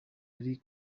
ari